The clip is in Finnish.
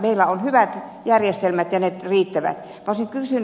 meillä on hyvät järjestelmät ja ne riittävät